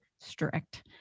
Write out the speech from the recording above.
strict